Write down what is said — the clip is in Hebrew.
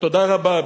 תודה רבה.